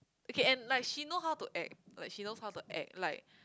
okay and like she know how to act like she knows how to act like